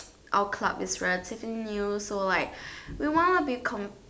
our club is relatively new so like we wanna become